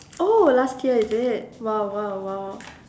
oh last year is it